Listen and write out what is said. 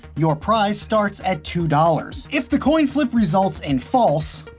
your prize starts at two dollars. if the coin flip results in false,